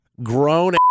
Grown